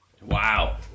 Wow